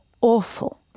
awful